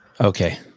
Okay